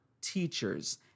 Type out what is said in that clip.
teachers